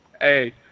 Hey